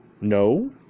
No